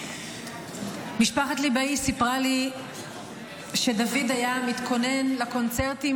משפחת ליבאי סיפרה לי שדוד היה מתכונן לקונצרטים